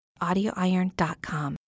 Audioiron.com